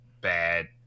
bad